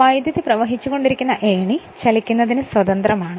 വൈദ്യുതി പ്രവഹിച്ചുകൊണ്ടിരിക്കുന്ന ഏണി ചലിക്കുന്നതിന് സ്വതന്ത്രമാണ്